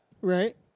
right